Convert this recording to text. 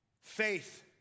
Faith